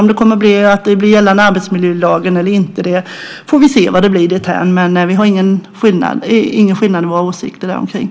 Om det sedan blir ändringar i arbetsmiljölagen eller inte får vi se, men våra åsikter där skiljer sig inte.